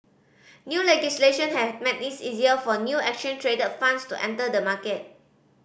new legislation has made it easier for new exchange traded funds to enter the market